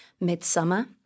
midsummer